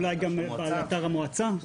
אולי גם באתר המועצה.